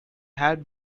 had